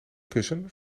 kussen